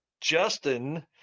Justin